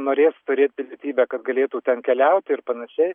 norės turėt pilietybę kad galėtų ten keliaut ir panašiai